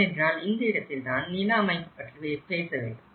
ஏனென்றால் இந்த இடத்தில்தான் நிலஅமைப்பு பற்றி பேச வேண்டும்